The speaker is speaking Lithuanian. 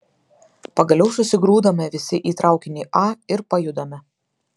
pagaliau susigrūdame visi į traukinį a ir pajudame